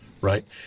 right